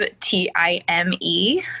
t-i-m-e